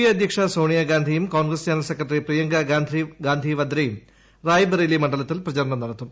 A അധ്യക്ഷ സോണിയാഗാന്ധിയും Congress general secretary Priyanka Gandhi വദ്രയും റായ്ബറേലി മണ്ഡലത്തിൽ പ്രചാരണർ നടത്തും